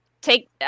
Take